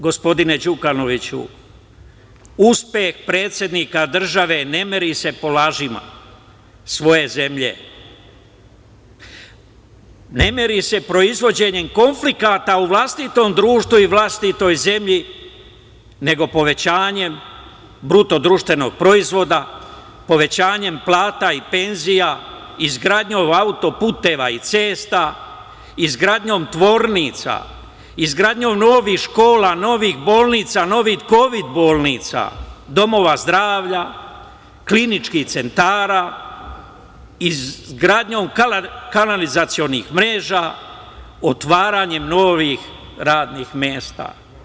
Gospodine Đukanoviću, uspeh predsednika države ne meri se po lažima svoje zemlje, ne meri se proizvođenjem konflikata u vlastitom društvu i vlastitoj zemlji, nego povećanjem BDP-a, povećanjem plata i penzija, izgradnjom autoputeva i cesta, izgradnjom tvornica, izgradnjom novih škola, novih bolnica, novih kovid-bolnica, domova zdravlja, kliničkih centara, izgradnjom kanalizacionih mreža, otvaranjem novih radnih mesta.